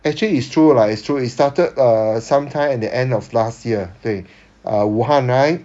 actually it's true lah it's true it started err some time at the end of last year 对 err 武汉 right